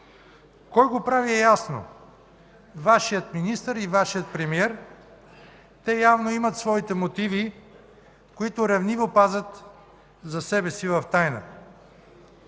Кой го прави е ясно – Вашият министър и Вашият премиер. Те явно имат своите мотиви, които ревниво пазят за себе си, в тайна.